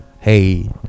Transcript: hey